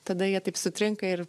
tada jie taip sutrinka ir